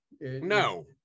No